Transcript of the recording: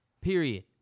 period